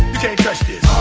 touch this